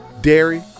dairy